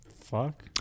fuck